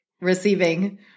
receiving